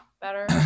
better